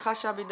איתך שבי,